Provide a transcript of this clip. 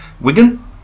Wigan